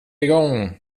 igång